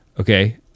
okay